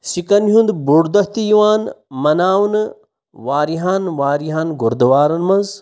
سِکَن ہُنٛد بوٚڑ دۄہ تہِ یِوان مَناونہٕ واریَہَن واریَہَن گُردُوارَن منٛز